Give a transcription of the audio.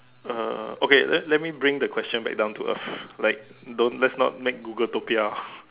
uh okay let let me bring the question back down to earth like don't let's not make Google too ya